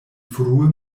frue